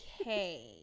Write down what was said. okay